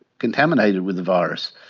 contaminated with the virus.